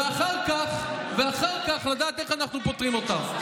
ורק אחר כך לדעת איך אנחנו פותרים אותה,